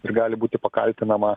ir gali būti pakaltinama